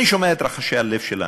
אני שומע את רחשי הלב של האנשים,